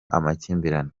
amakimbirane